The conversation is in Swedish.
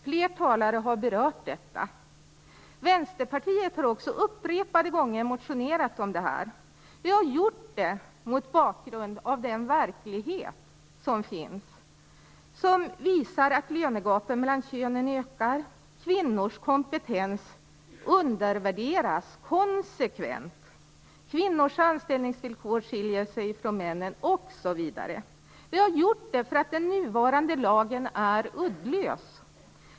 Fler talare har berört detta. Vänsterpartiet har också upprepade gånger motionerat om detta. Vi har gjort det mot bakgrund av den verklighet som finns. Den visar att lönegapen mellan könen ökar. Kvinnors kompetens undervärderas konsekvent. Kvinnors anställningsvillkor skiljer sig från männens, osv. Vi har gjort detta för att den nuvarande lagen är uddlös.